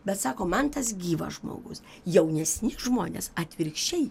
bet sako man tas gyvas žmogus jaunesni žmonės atvirkščiai